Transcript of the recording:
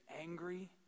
angry